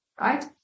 Right